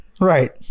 right